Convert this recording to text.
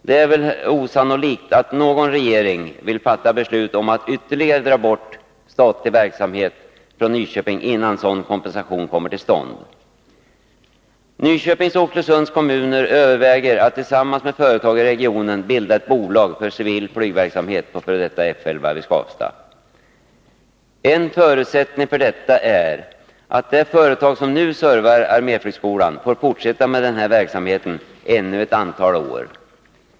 Det är väl osannolikt att någon regering vill fatta beslut om att dra bort ytterligare statlig verksamhet från Nyköping innan sådan kompensation kommer till stånd. En förutsättning för detta är att det företag som nu ”servar” arméflygskolan får fortsätta med denna verksamhet ännu ett antal år.